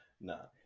No